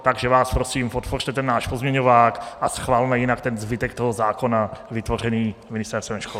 Takže vás prosím, podpořte ten náš pozměňovák a schvalme jinak ten zbytek toho zákona vytvořený Ministerstvem školství.